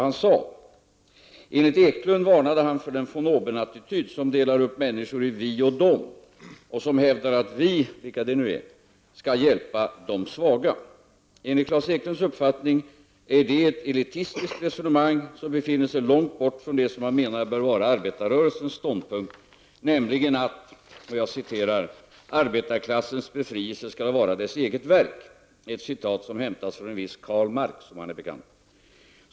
Han sade att han varnade för den von-oben-attityd som delar upp människor i ”vi” och ”dom” och som hävdar att — vilka det nu är — skall hjälpa ”de svaga”. Enligt Klas Eklunds uppfattning är det ett elitistiskt resonemang, som befinner sig långt från det som han menar bör vara arbetarrörelsens ståndpunkt, nämligen att ”arbetarklassens befrielse skall vara dess eget verk” — ett citat som hämtats från en viss Karl Marx, om han är bekant.